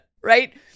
right